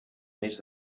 mes